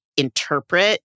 Interpret